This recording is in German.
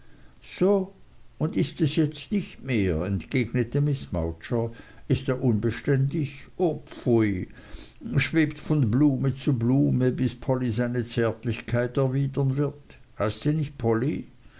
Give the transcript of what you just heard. so und ist es jetzt nicht mehr entgegnete miß mowcher ist er unbeständig o pfui schwebt er von blume zu blume bis polly seine zärtlichkeit erwidern wird heißt sie nicht polly